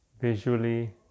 visually